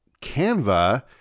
Canva